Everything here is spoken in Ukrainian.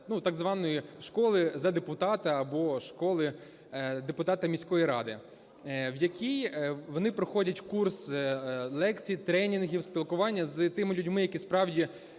так званої школи за депутата або школи депутата міської ради, в якій вони проходять курс лекцій, тренінгів, спілкування з тими людьми, які справді